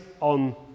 on